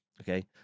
okay